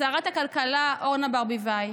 לשרת הכלכלה אורנה ברביבאי,